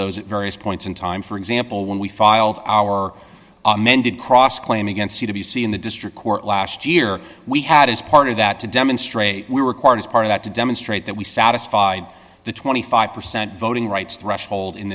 those at various points in time for example when we filed our amended cross claim against c d c in the district court last year we had as part of that to demonstrate we required as part of that to demonstrate that we satisfied the twenty five percent voting rights threshold in